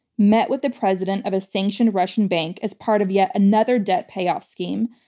met with the president of a sanctioned russian bank as part of yet another debt payoff scheme,